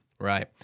right